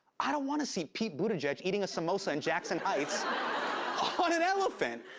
i don't want to see pete buttigieg eating a samosa in jackson heights on an elephant.